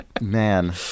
man